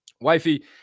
Wifey